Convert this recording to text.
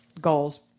Goals